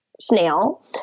snail